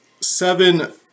seven